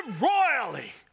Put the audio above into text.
royally